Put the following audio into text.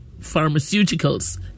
Pharmaceuticals